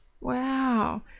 Wow